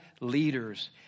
leaders